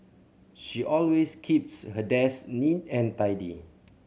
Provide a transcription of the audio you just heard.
she always keeps her desk neat and tidy